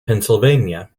pennsylvania